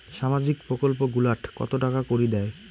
সামাজিক প্রকল্প গুলাট কত টাকা করি দেয়?